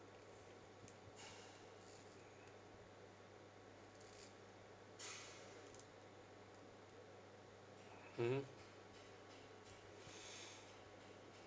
mmhmm